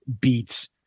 beats